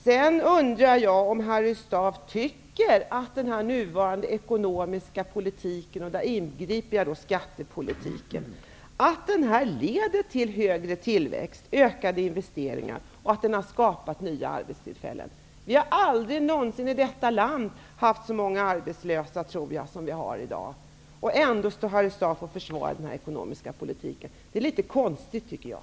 Sedan undrar jag om Harry Staaf tycker att den nuvarande ekonomiska politiken -- jag inbegriper då skattepolitiken -- leder till högre tillväxt, ökade investeringar och till att skapa nya arbetstillfällen. Aldrig någonsin i detta land har det funnits så många arbetslösa som i dag. Ändå står Harry Staaf och försvarar den ekonomiska politiken. Det är litet konstigt, tycker jag.